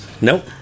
Nope